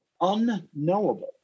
unknowable